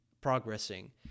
progressing